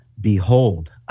Behold